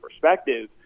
perspective